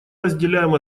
разделяем